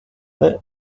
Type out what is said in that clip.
but